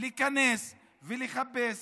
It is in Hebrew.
להיכנס ולחפש